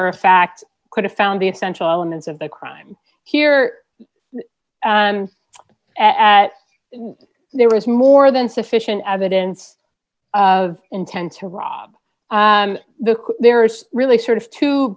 are a fact could have found the essential elements of the crime here at there was more than sufficient evidence of intent to rob the there is really sort of two